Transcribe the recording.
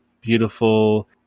beautiful